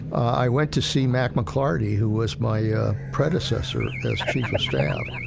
i went to see mack mclarty, who was my predecessor as chief of staff.